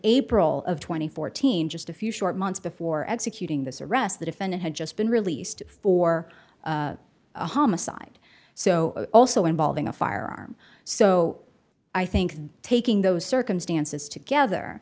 and fourteen just a few short months before executing this arrest the defendant had just been released for homicide so also involving a firearm so i think taking those circumstances together